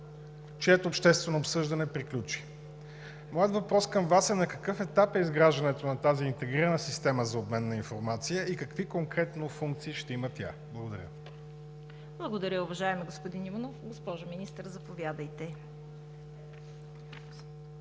чието обществено обсъждане приключи. Моят въпрос към Вас е: на какъв етап е изграждането на тази интегрирана система за обмен на информация и какви конкретно функции ще има тя? Благодаря Ви. ПРЕДСЕДАТЕЛ ЦВЕТА КАРАЯНЧЕВА: Благодаря, уважаеми господин Иванов. Госпожо Министър, заповядайте.